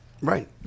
Right